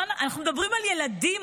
אנחנו מדברים על ילדים,